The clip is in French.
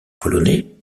polonais